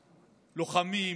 לוחמים,